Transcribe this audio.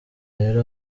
rero